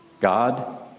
God